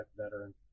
veteran